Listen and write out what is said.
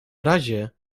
razie